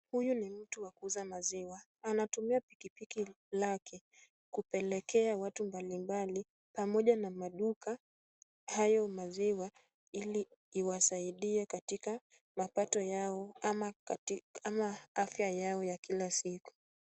Huyu ni mtu wa kuuza maziwa, anatumia pikipiki lake kupelekea watu mbalimbali pamoja na maduka hayo maziwa ili iwasaidie katika mapato yao ama afya yao ya kila siku.